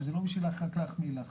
וזה לא רק בשביל להחמיא לך,